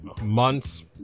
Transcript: months